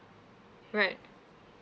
right